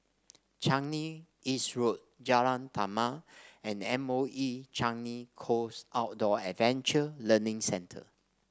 Changi East Road Jalan Taman and M O E Changi Coast Outdoor Adventure Learning Centre